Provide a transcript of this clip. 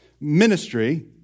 Ministry